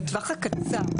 לפני כשלוש שנים,